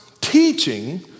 teaching